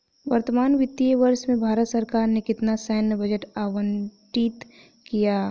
वर्तमान वित्तीय वर्ष में भारत सरकार ने कितना सैन्य बजट आवंटित किया?